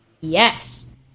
Yes